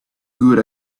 good